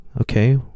okay